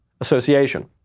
association